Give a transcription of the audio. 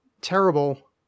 terrible